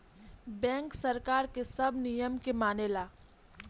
bank सरकार के सब नियम के मानेला